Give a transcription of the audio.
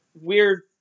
weird